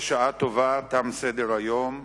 בשעה טובה תם סדר-היום.